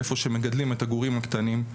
איפה שמגדלים את הגורים הקטנים,